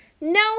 No